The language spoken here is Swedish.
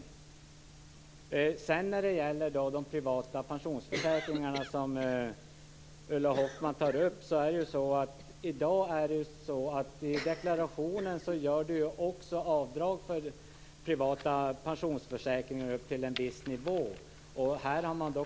Ulla Hoffmann tar upp frågan om de privata pensionsförsäkringarna. I dag gör man ett avdrag på den privata pensionsförsäkringen upp till en viss nivå i deklarationen.